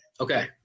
Okay